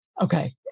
okay